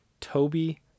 Toby